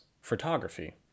photography